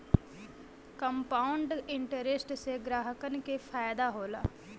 compound interest से ग्राहकन के फायदा होला